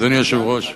אדוני היושב-ראש,